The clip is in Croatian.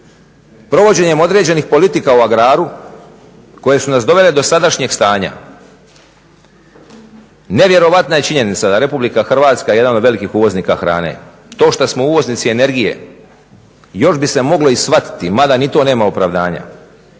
provođenjem određenih politika u agraru koje su nas dovele do sadašnjeg stanja. Nevjerojatna je činjenica da je RH jedan od velikih uvoznika hrane. To što smo uvoznici energije još bi se moglo i shvatiti, mada i to nema opravdanja,